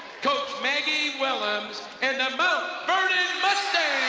coach maggie willems and the mount vernon mustangs!